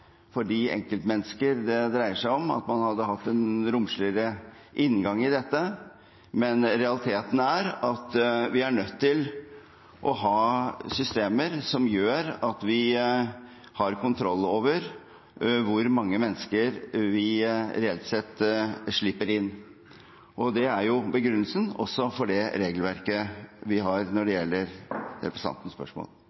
dreier seg om, at man hadde hatt en romsligere inngang i dette, men realiteten er at vi er nødt til å ha systemer som gjør at vi har kontroll over hvor mange mennesker vi reelt sett slipper inn. Det er begrunnelsen også for det regelverket vi har når det